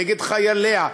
נגד חייליה,